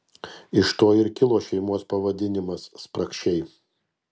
iš to ir kilo šeimos pavadinimas spragšiai